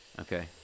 Okay